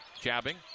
jabbing